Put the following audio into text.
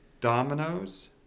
Dominoes